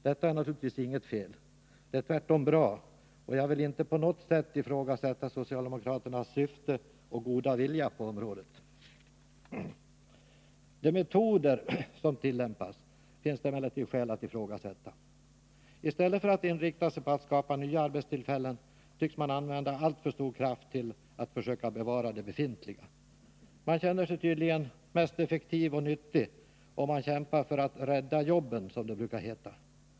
Detta är naturligtvis inget fel, utan tvärtom bra. Jag vill inte på något sätt ifrågasätta socialdemokraternas syfte och goda vilja på det området. De metoder som tillämpas finns det emellertid skäl att ifrågasätta. I stället för att inrikta sig på att skapa nya arbetstillfällen tycks man använda alltför stor kraft till att försöka bevara de befintliga. Man känner sig tydligen mest effektiv och nyttig, om man kämpar för att rädda jobben, som det brukar heta.